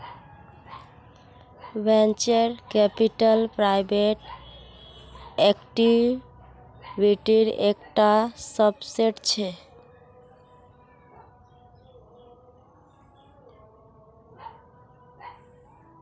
venture capital private इक्विटीर एक टा सबसेट छे